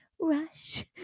Rush